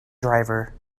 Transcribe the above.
driver